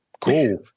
cool